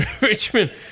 Richmond